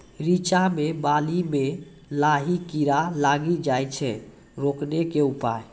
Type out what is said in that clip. रिचा मे बाली मैं लाही कीड़ा लागी जाए छै रोकने के उपाय?